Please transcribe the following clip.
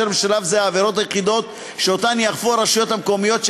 ובשלב זה העבירות היחידות שעליהן יאכפו הרשויות המקומיות,